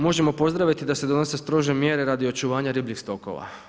Možemo pozdraviti da se donose strože mjere radi očuvanja ribljih tokova.